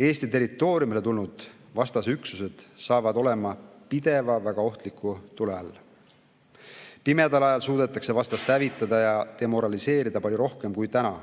Eesti territooriumile tulnud vastase üksused saavad olema pideva väga ohtliku tule all. Pimedal ajal suudetakse vastast hävitada ja demoraliseerida palju rohkem kui täna.